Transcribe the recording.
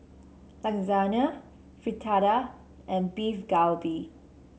Lasagne Fritada and Beef Galbi